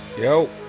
Yo